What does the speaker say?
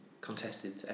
contested